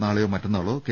നാളെയോ മറ്റന്നാളോ കെ